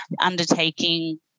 undertaking